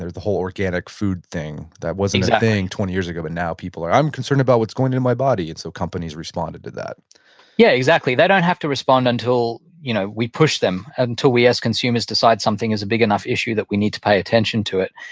the whole organic food thing. that wasn't a thing twenty years ago but now people are, i'm concerned about what's going in my body. and so companies responded to that yeah. exactly. they don't have to respond until you know we push them, until we as consumers decide something is a big enough issue that we need to pay attention to it.